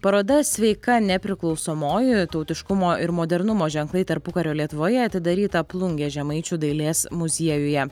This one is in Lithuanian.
paroda sveika nepriklausomoji tautiškumo ir modernumo ženklai tarpukario lietuvoje atidaryta plungės žemaičių dailės muziejuje